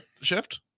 shift